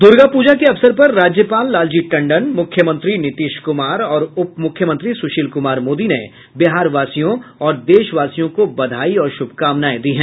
दुर्गापूजा के अवसर पर राज्यपाल लाल जी टंडन मुख्यमंत्री नीतीश कुमार और उपमुख्यमंत्री सुशील कुमार मोदी ने बिहारवासियों और देशवासियों को बधाई और शुभकामनाएँ दी है